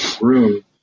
room